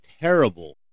terrible